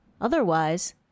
Otherwise